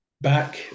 Back